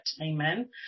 amen